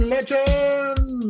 Legend